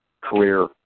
career